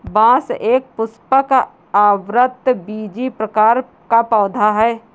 बांस एक सपुष्पक, आवृतबीजी प्रकार का पौधा है